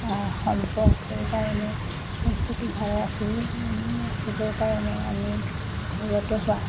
অঁ সম্পদ সেইকাৰণে স্বাস্থ্যটো ভাল ৰাখিব ৰাখিবৰ কাৰণে আমি ঘৰতে হোৱা